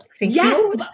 Yes